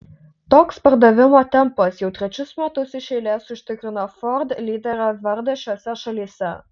toks pardavimo tempas jau trečius metus iš eilės užtikrina ford lyderio vardą šiose šalyse